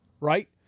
Right